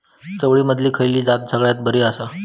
चवळीमधली खयली जात सगळ्यात बरी आसा?